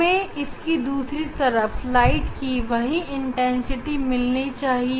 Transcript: हमें इसकी दूसरी तरफ प्रकाश ही वही तीव्रता मिलनी चाहिए